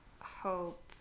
hope